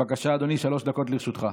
בבקשה, אדוני, שלוש דקות לרשותך.